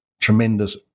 tremendous